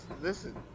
Listen